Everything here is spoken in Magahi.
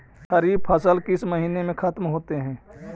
खरिफ फसल किस महीने में ख़त्म होते हैं?